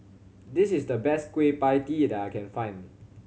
this is the best Kueh Pie Tee that I can find